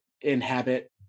inhabit